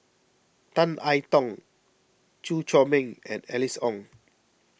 Tan I Tong Chew Chor Meng and Alice Ong